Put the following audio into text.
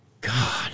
God